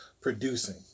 producing